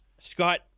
Scott